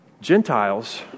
Gentiles